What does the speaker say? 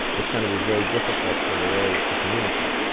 it's going to be very difficult for the areas to communicate.